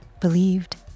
believed